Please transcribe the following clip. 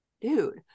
dude